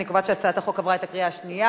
אני קובעת שהצעת החוק עברה בקריאה שנייה.